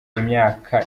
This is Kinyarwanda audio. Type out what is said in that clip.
imyaka